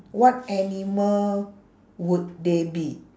what animal would they be